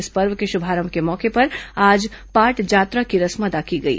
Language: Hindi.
इस पर्व के शुभारंभ के मौके पर आज पाटजात्रा की रस्म अदा की गई